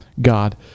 God